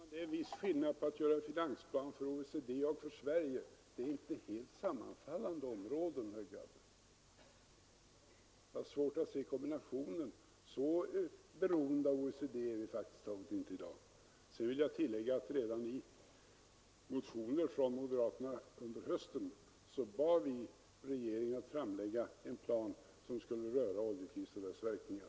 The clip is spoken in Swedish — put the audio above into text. Herr talman! Det är en viss skillnad på att göra en finansplan för OECD och för Sverige. Det är inte helt sammanfallande områden, herr Gadd. Jag har svårt att se kombinationen. Så beroende av OECD är vi faktiskt inte i dag. Jag vill tillägga att i motioner från moderaterna redan under hösten bad vi regeringen att framlägga en plan rörande oljekrisen och dess verkningar.